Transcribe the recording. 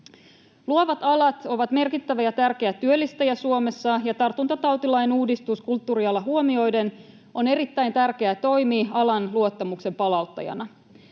Luovat alat ovat merkittävä ja tärkeä työllistäjä Suomessa, ja tartuntatautilain uudistus kulttuuriala huomioiden on erittäin tärkeä toimi alan luottamuksen palauttajana.